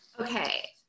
Okay